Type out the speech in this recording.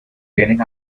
tienen